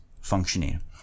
functioning